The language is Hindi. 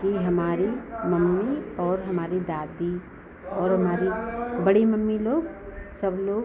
कि हमारी मम्मी और हमारी दादी और हमारी बड़ी मम्मी लोग सब लोग